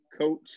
coach